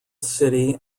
city